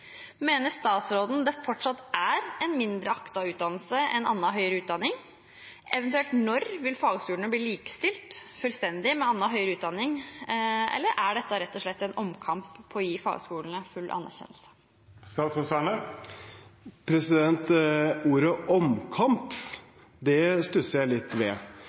Mener statsråden det fortsatt er en mindre aktet utdannelse enn annen høyere utdanning? Eventuelt når vil fagskolene bli likestilt fullstendig med annen høyere utdanning? Eller er dette rett og slett en omkamp med hensyn til å gi fagskolene full anerkjennelse? Ordet «omkamp» stusser jeg litt ved.